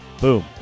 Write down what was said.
Boom